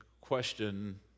question